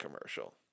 commercial